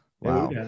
wow